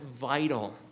vital